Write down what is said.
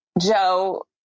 Joe